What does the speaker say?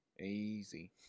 easy